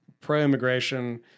pro-immigration